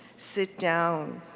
sit down.